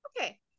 Okay